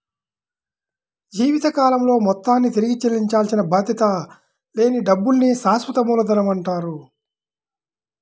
జీవితకాలంలో మొత్తాన్ని తిరిగి చెల్లించాల్సిన బాధ్యత లేని డబ్బుల్ని శాశ్వత మూలధనమంటారు